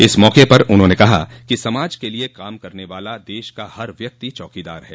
इस मौके पर उन्होंने कहा कि समाज के लिए काम करने वाला दश का हर व्यक्ति चौकीदार है